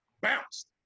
bounced